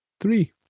three